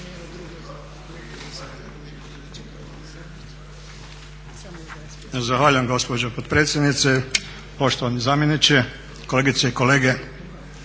Zahvaljujem gospođo potpredsjednice, poštovani zamjeniče, kolegice i kolege.